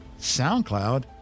SoundCloud